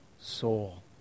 soul